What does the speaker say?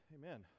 Amen